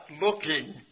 looking